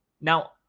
Now